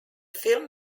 film